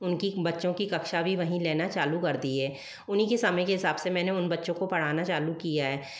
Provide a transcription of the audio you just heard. उनकी बच्चों की कक्षा भी वहीं लेना चालू कर दी है उन्हीं के समय के हिसाब से मैंने उन बच्चों को पढ़ाना चालू किया है